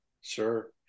sure